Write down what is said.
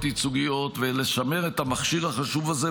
ייצוגיות ולשמר את המכשיר החשוב הזה,